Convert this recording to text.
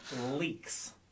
Leaks